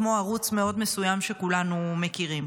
כמו ערוץ מאוד מסוים שכולנו מכירים.